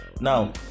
Now